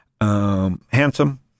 handsome